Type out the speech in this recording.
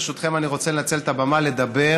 ברשותכם, אני רוצה לנצל את הבימה לדבר